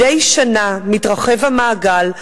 מדי שנה מתרחב המעגל,